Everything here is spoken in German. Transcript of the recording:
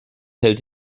hält